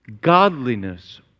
godliness